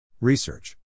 Research